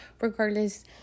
Regardless